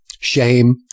shame